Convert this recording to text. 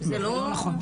זה לא נכון.